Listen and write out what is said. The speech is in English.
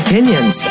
Opinions